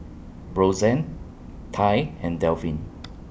Rosann Tai and Delvin